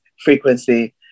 frequency